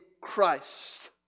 Christ